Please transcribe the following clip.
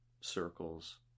circles